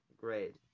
great